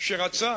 שרצה